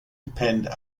depend